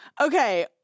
Okay